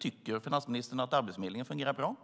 Tycker finansministern att Arbetsförmedlingen fungerar bra?